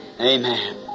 amen